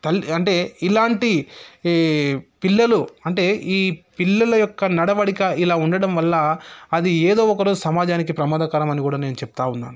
తల్లి అంటే ఇలాంటి ఈ పిల్లలు అంటే ఈ పిల్లల యొక్క నడవడిక ఇలా ఉండడం వల్ల అది ఏదో ఒకరోజు సమాజానికి ప్రమాదకరమని కూడా నేను చెప్తా ఉన్నాను